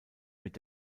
mit